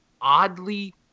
oddly